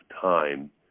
time